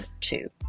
two